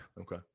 Okay